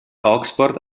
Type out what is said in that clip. oxford